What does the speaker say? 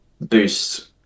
boost